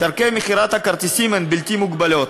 דרכי מכירת הכרטיסים הן בלתי מוגבלות.